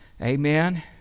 Amen